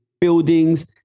buildings